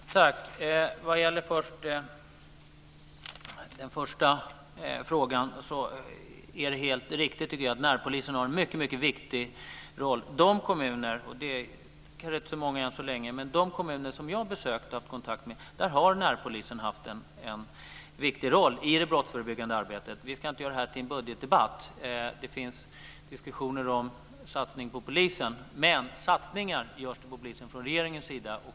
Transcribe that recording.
Herr talman! Vad gäller den första frågan är det helt riktigt, tycker jag, att närpolisen har en mycket viktig roll. I de kommuner - de kanske inte är så många än så länge - som jag har besökt och haft kontakt med har närpolisen haft en viktig roll i det brottsförebyggande arbetet. Vi ska inte göra det här till en budgetdebatt. Det finns diskussioner om satsning på polisen. Men satsningar på polisen görs från regeringens sida.